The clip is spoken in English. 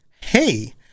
hey